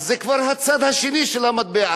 זה כבר הצד השני של המטבע.